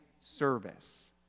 service